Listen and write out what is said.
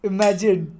Imagine